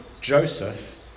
Joseph